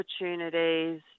opportunities